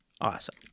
Awesome